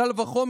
קל וחומר